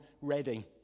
ready